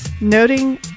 noting